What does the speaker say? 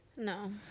no